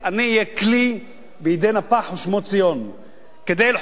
אני אהיה כלי בידי נפח ושמו ציון כדי לחוקק